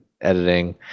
editing